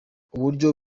uburyo